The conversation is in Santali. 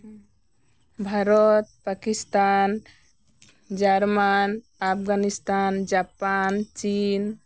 ᱵᱷᱟᱨᱚᱛ ᱯᱟᱠᱤᱥᱛᱷᱟᱱ ᱡᱟᱨᱢᱟᱱ ᱟᱯᱷᱜᱟᱱᱤᱥᱛᱷᱟᱱ ᱡᱟᱯᱟᱱ ᱪᱤᱱ